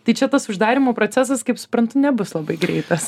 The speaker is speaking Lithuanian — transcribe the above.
tai čia tas uždarymo procesas kaip suprantu nebus labai greitas